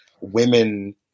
women